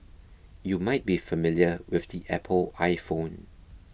you might be familiar with the Apple iPhone